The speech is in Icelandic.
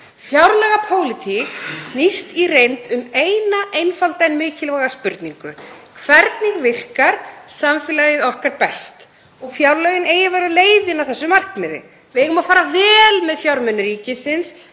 Fjárlagapólitík snýst í reynd um eina einfalda en mikilvæga spurningu: Hvernig virkar samfélagið okkar best? Fjárlögin eiga að vera leiðin að þessu markmiði. Við eigum að fara vel með fjármuni ríkisins.